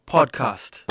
Podcast